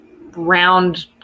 round